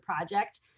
project